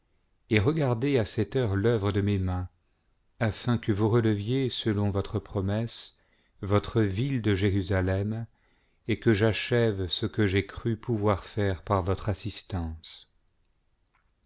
et regardez à cette heure l'œuvre de mes mains afin que vous releviez selon votre promesse votre ville de jérusalem et que j'achève ce que j'ai cru pouvoir faire par votre assistance